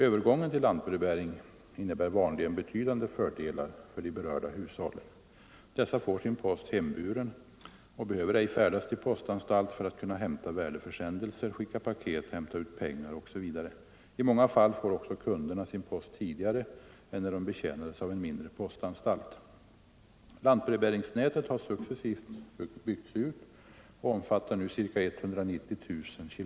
Övergången till lantbrevbäring innebär vanligen betydande fördelar för de berörda hushållen. Dessa får sin post hemburen och behöver ej färdas till postanstalt för att kunna hämta värdeförsändelser, skicka paket, hämta ut pengar osv. I många fall får också kunderna sin post tidigare än när de betjänades av en mindre postanstalt. Lantbrevbäringsnätet har successivt byggts ut och omfattar nu ca 190 000 km.